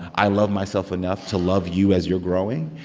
i love myself enough to love you as you're growing.